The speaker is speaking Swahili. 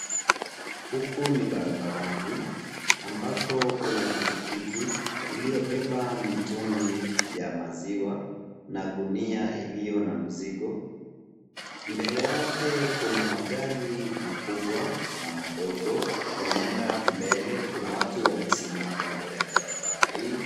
Huku ni barabarani ambako kuna pikipiki iliyobeba mitungi ya maziwa na gunia iliyo na mzigo, mbele yake kuna magari makubwa na madogo yanaenda mbele. Kuna watu wamesimama kando ya barabara hii.